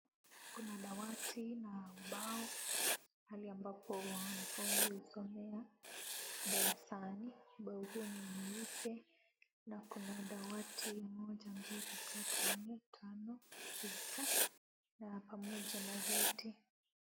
Kuna dawati na ubao, mahali ambapo wanafunzi husomea, darasani. Ubao huo ni mweupe na kuna dawati moja, mbili, tatu, nne, tano, sita na pamoja na viti.